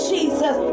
Jesus